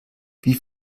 wie